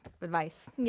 advice